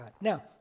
Now